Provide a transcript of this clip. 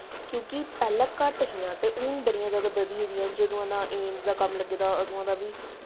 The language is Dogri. क्योंकि पैह्लें घट्ट हियां ते हून बड़ियां जादा बधी गेदियां जदूआं दा एम्स दा कम्म लग्गे दा अदूआं दा बी